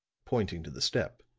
pointing to the step,